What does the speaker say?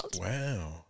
Wow